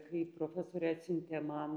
kai profesorė atsiuntė man